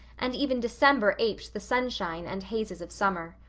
and even december aped the sunshine and hazes of summer.